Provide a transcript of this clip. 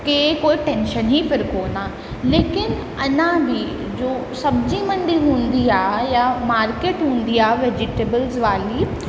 खे कोई टेंशन ई फिर कोन आहे लेकिनि अञा बि जो सब्ज़ी मंडी हूंदी आहे या मार्केट हूंदी आहे वेजिटेबल्स वाली